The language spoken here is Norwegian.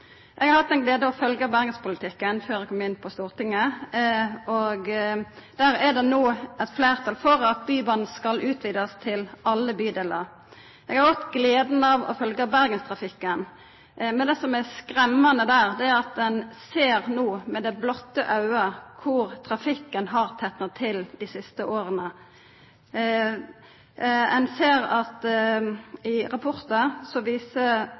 Eg har hatt gleda av å følgja bergenspolitikken før eg kom inn på Stortinget. Der er det no eit fleirtal for at Bybanen skal utvidast til alle bydelar. Eg har òg hatt gleda av å følgja bergenstrafikken. Men det som er skremmande der, er at ein no med berre auget ser korleis trafikken har tetna til dei siste åra. Ein ser at rapportar viser til at veksten i